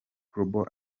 global